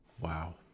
Wow